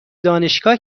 دانشگاه